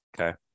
Okay